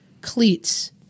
cleats